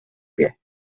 pie